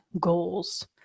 goals